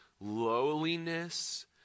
lowliness